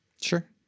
Sure